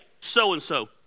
so-and-so